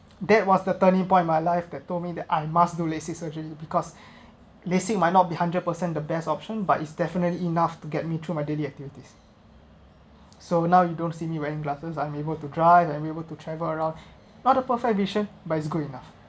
that was the turning point in my life that told me that I must do LASIK surgery because LASIK might not be hundred percent the best option but it's definitely enough to get me through my daily activities so now you don't see me wearing glasses I'm able to drive I’m able to travel around not a perfect vision but it's good enough